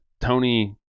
Tony